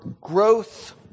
growth